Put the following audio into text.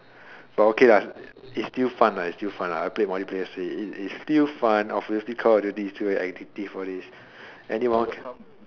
but okay it's still fun it's still fun I played multiplayer yesterday it's still fun but obviously call of duty all this is more addictive